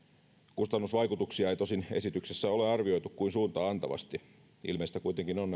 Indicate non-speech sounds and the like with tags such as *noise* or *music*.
kustannusvaikutuksia ei tosin esityksessä ole arvioitu kuin suuntaa antavasti ilmeistä kuitenkin on *unintelligible*